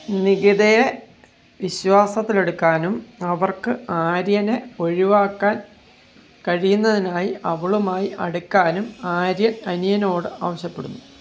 നികിതയെ വിശ്വാസത്തിലെടുക്കാനും അവർക്ക് ആര്യനെ ഒഴിവാക്കാൻ കഴിയുന്നതിനായി അവളുമായി അടുക്കാനും ആര്യൻ അനിയനോട് ആവശ്യപ്പെടുന്നു